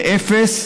לאפס,